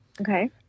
Okay